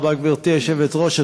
תודה רבה, גברתי היושבת-ראש.